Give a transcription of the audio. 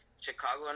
Chicago